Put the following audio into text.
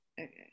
Okay